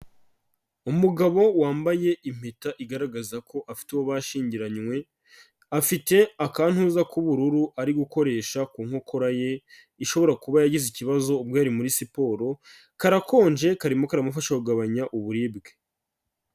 Umugabo wambaye impeta igaragaza ko afite uwo bashyingiranywe, afite akantuza k'ubururu ari gukoresha ku nkokora ye, ishobora kuba yagize ikibazo ubwo yari muri siporo, karakonje karimo karamufasha kugabanya uburibwe.